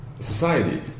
Society